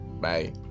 Bye